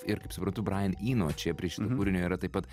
ir kaip suprantu bain yno prie šito kūrinio yra taip pat